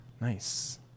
Nice